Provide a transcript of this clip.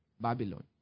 Babylon